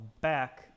back